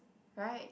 right